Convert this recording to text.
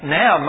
now